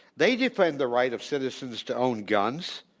they defend the right of citizens to own guns.